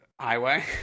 Highway